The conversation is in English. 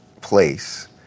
place